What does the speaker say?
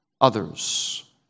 others